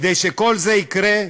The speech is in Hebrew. כדי שכל זה יקרה,